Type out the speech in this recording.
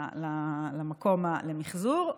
למחזור.